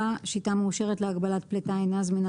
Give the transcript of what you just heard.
4) שיטה מאושרת להגבלת פליטה אינה זמינה